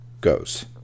goes